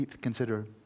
consider